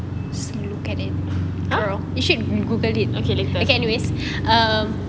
okay later